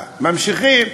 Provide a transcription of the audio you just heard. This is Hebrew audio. ממשיכים,